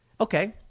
Okay